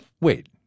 Wait